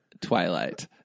twilight